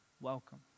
welcome